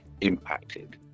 impacted